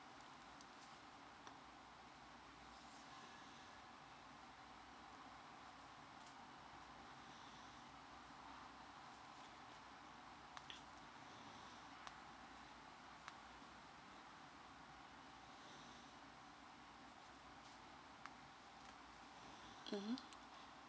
mmhmm